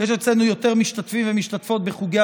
יש אצלנו יותר משתתפים ומשתתפות בחוגי